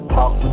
Talk